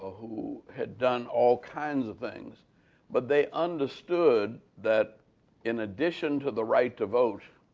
who had done all kinds of things but they understood that in addition to the right to vote,